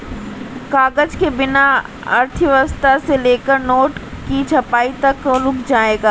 कागज के बिना अर्थव्यवस्था से लेकर नोट की छपाई तक रुक जाएगा